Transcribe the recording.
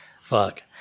fuck